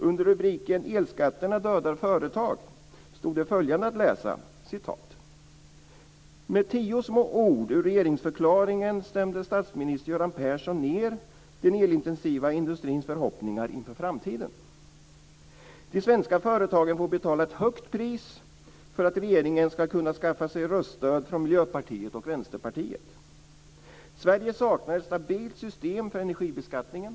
Under rubriken Elskatterna dödar företag stod det följande att läsa: "Med tio små ord ur regeringsförklaringen stämde statsminister Göran Persson ner den elintensiva industrins förhoppningar inför framtiden. De svenska företagen får betala ett högt pris för att regeringen skall kunna skaffa sig röststöd från miljöpartiet och vänsterpartiet. Sverige saknar ett stabilt system för energibeskattningen.